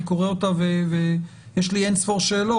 שאני קורא אותה ויש לי אינספור שאלות.